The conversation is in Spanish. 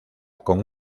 con